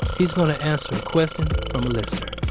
he's gonna answer a question from a listener